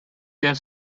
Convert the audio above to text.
their